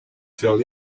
fell